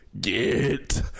Get